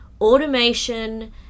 automation